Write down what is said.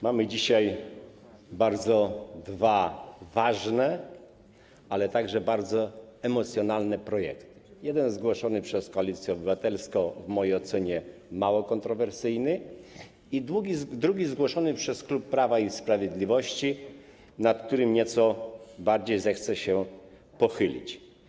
Mamy dzisiaj dwa bardzo ważne, ale także bardzo emocjonujące projekty: jeden, zgłoszony przez Koalicję Obywatelską, w mojej ocenie mało kontrowersyjny i drugi, zgłoszony przez klub Prawa i Sprawiedliwości, nad którym nieco bardziej zechcę się pochylić.